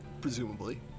presumably